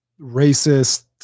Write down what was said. racist